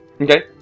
Okay